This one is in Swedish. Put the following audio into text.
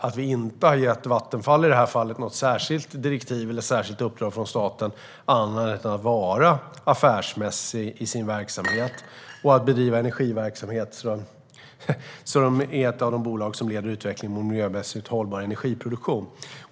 Vi har i det här fallet inte gett Vattenfall något särskilt direktiv eller särskilt uppdrag från staten annat än att vara affärsmässig i sin verksamhet och att bedriva energiverksamhet så att det är ett av de bolag som leder utvecklingen mot miljömässigt hållbar energiproduktion.